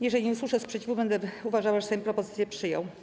Jeżeli nie usłyszę sprzeciwu, będę uważała, że Sejm propozycję przyjął.